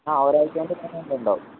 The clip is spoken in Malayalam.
ആ ഒരാഴ്ച എന്തായാലും ഞാൻ ഉണ്ടാകും